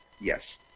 Yes